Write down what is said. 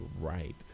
right